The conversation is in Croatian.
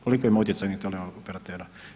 Koliko ima utjecajnih teleoperatera?